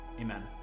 Amen